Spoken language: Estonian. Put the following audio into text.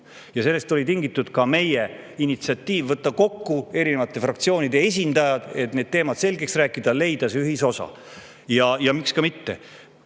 Sellest oli tingitud ka meie initsiatiiv võtta kokku erinevate fraktsioonide esindajad, et need teemad selgeks rääkida ja leida see ühisosa. Miks ka mitte!